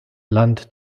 land